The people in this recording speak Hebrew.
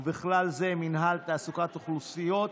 ובכלל זה מינהל תעסוקת אוכלוסיות,